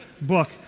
book